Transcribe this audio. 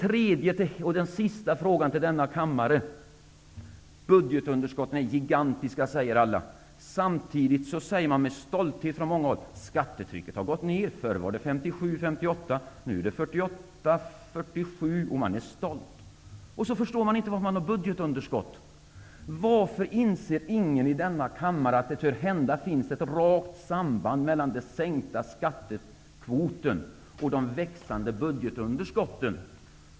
Min sista fråga till denna kammare gäller budgetunderskottet, som alla säger är gigantiskt. Samtidigt säger man från många håll med stolthet: Skattetrycket har minskat. Förr var det 57--58 % och nu är det 48 eller 47 %. Man är stolt. Men sedan förstår man inte varför det har blivit ett budgetunderskott. Varför inser ingen i denna kammare att det tör hända finns ett rakt samband mellan den sänkta skattekvoten och de växande budgetunderskotten.